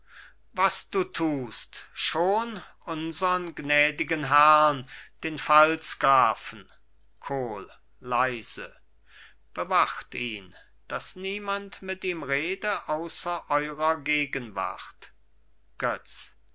was du tust schon unsern gnädigen herrn den pfalzgrafen kohl leise bewacht ihn daß niemand mit ihm rede außer eurer gegenwart götz